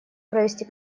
провести